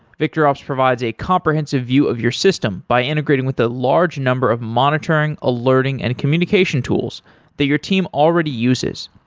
victorops provides a comprehensive view of your system by integrating with the large number of monitoring, alerting and communication tools that your team already uses.